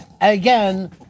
Again